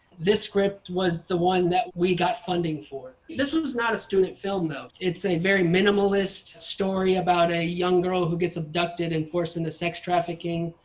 this script was the one that we got funding for. this was not a student film though. it's a very minimalist story about a young girl who gets abducted and forced into sex trafficking,